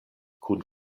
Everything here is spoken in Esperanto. kun